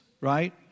right